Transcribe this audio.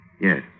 Yes